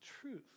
truth